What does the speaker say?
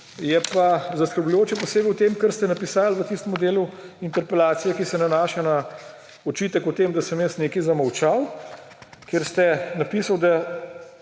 Je pa zaskrbljujoče posebej v tem, kar ste napisali v tistem delu interpelacije, ki se nanaša na očitek o tem, da sem jaz nekaj zamolčal, ker ste napisali, da